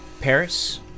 Paris